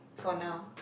for now